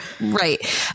Right